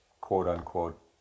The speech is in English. quote-unquote